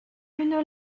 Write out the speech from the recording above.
une